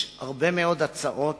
יש הרבה מאוד הצעות